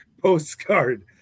postcard